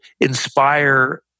inspire